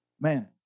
Man